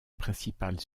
principale